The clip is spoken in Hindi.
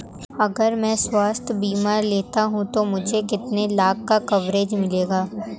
अगर मैं स्वास्थ्य बीमा लेता हूं तो मुझे कितने लाख का कवरेज मिलेगा?